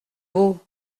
beau